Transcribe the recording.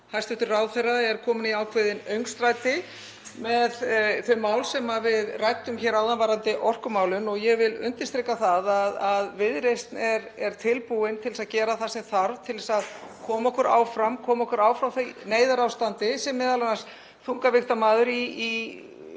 hæstv. ráðherra er kominn í ákveðið öngstræti með þau mál sem við ræddum hér um orkumálin. Ég vil undirstrika það að Viðreisn er tilbúin til að gera það sem þarf til að koma okkur áfram, koma okkur úr því neyðarástandi sem m.a. þungavigtarmaður í